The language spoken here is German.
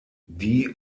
die